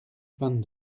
vingt